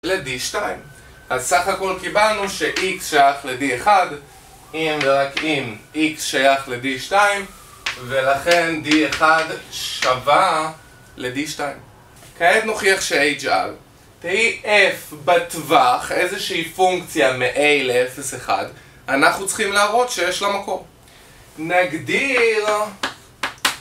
ל-d2. אז סך הכל קיבלנו שx שייך ל-d1, אם ורק אם x שייך ל-d2, ולכן d1 שווה ל-d2. כעת נוכיח שh על tf בתווך, איזושהי פונקציה מ-a ל-0,1. אנחנו צריכים להראות שיש לה מקום. נגדיר...